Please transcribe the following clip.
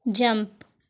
jump